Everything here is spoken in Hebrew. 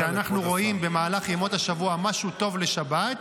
כשאנחנו רואים במהלך ימות השבוע משהו טוב לשבת,